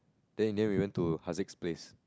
then you didn't even to Harzik's place